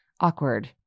awkward